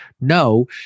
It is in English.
no